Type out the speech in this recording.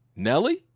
Nelly